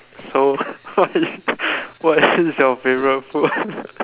so what is your favourite food